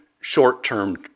short-term